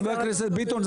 חבר הכנסת ביטון,